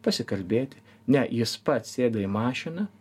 pasikalbėti ne jis pats sėdo į mašiną